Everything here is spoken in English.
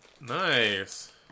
Nice